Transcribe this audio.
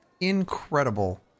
incredible